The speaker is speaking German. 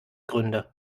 gründe